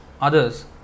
others